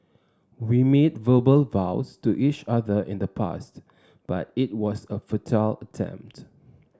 we made verbal vows to each other in the past but it was a futile attempt